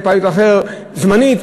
פיילוט זמני.